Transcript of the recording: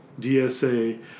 DSA